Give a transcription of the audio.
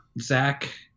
Zach